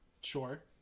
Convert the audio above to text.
Sure